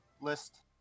list